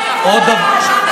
10% גידול כל שנה.